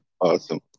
Awesome